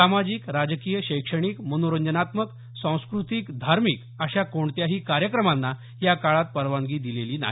सामाजिक राजकीय शैक्षणिक मनोरंजनात्मक सांस्कृतिक धार्मिक अशा कोणत्याही कार्यक्रमाना या काळात परवानगी दिलेली नाही